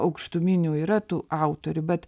aukštuminių yra tų autorių bet